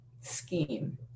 scheme